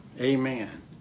amen